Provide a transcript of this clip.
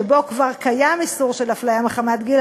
שבו כבר קיים איסור של אפליה מחמת גיל,